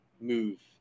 move